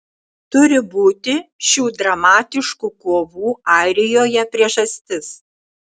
turi būti šių dramatiškų kovų airijoje priežastis